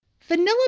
Vanilla